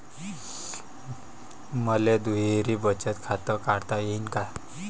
मले दुहेरी बचत खातं काढता येईन का?